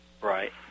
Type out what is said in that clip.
Right